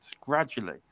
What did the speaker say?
gradually